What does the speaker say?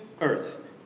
earth